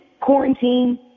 quarantine